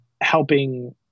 helping